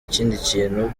kintu